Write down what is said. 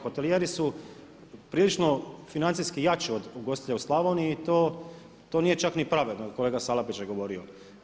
Hotelijeri su prilično financijski jači od ugostitelja u Slavoniji i to nije čak ni pravedno, kolega Salapić je govorio.